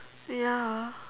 ya